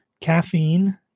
caffeine